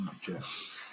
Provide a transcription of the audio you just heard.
Jeff